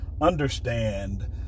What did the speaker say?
understand